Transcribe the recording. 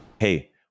hey